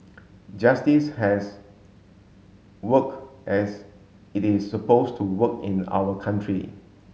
justice has worked as it is supposed to work in our country